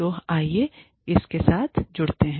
तो आइए हम इसके साथ जुड़ते हैं